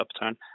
upturn